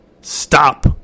Stop